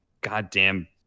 goddamn